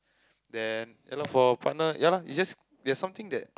then ya lor for partner ya lah it's just there's something that